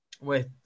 Wait